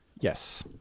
Yes